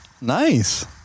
Nice